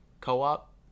co-op